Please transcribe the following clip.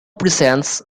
presents